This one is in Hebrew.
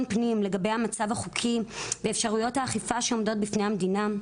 פנים לגבי המצב החוקי ואפשרויות האכיפה שעומדות בפני המדינה.